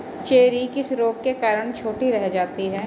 Cherry किस रोग के कारण छोटी रह जाती है?